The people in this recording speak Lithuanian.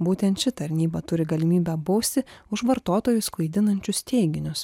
būtent ši tarnyba turi galimybę bausti už vartotojus klaidinančius teiginius